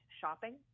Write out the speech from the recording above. shopping